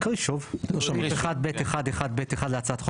סעיף 1(ב1)(1)(ב)(1) להצעת החוק,